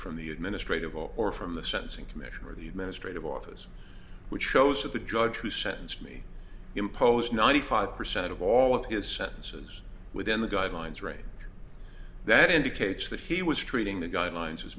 from the administrative or from the sentencing commission or the administrative office which shows that the judge who sentenced me imposed ninety five percent of all of his sentences within the guidelines range that indicates that he was treating the guidelines as